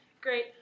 Great